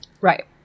Right